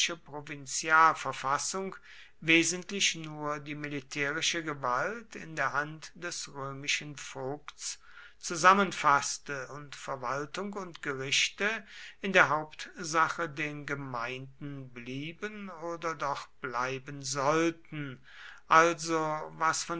provinzialverfassung wesentlich nur die militärische gewalt in der hand des römischen vogts zusammenfaßte und verwaltung und gerichte in der hauptsache den gemeinden blieben oder doch bleiben sollten also was